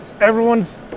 everyone's